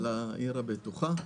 של עיר בטוחה?